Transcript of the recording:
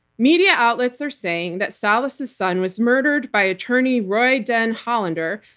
media outlets are saying that salas' son was murdered by attorney roy den hollander,